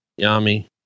Yami